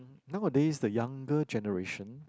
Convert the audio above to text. nowadays the younger generation